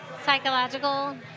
Psychological